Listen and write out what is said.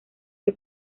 que